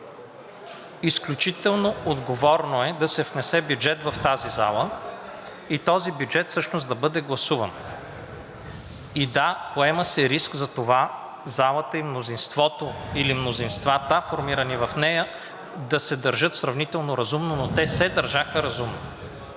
изключително отговорно е да се внесе бюджет в тази зала и този бюджет всъщност да бъде гласуван. Да, поема се риск за това залата и мнозинството, или мнозинствата, формирани в нея, да се държат сравнително разумно, но те се държаха разумно.